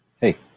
hey